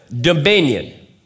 dominion